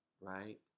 right